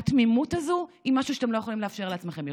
התמימות הזו היא משהו שאתם לא יכולים לאפשר לעצמכם יותר,